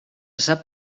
sap